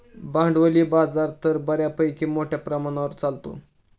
भांडवली बाजार तर बऱ्यापैकी मोठ्या प्रमाणावर चालतो